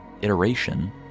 iteration